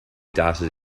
darted